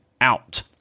out